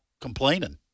complaining